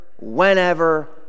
whenever